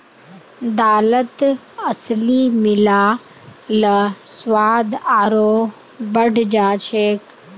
दालत अलसी मिला ल स्वाद आरोह बढ़ जा छेक